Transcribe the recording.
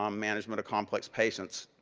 um management of complex patients.